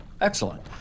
excellent